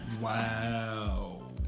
Wow